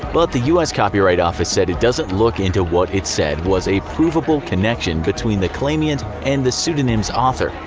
but the us copyright office said it doesn't look into into what it said was a provable connection between the claimant and the pseudonymous author.